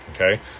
Okay